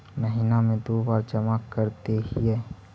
महिना मे दु बार जमा करदेहिय?